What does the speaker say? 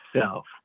self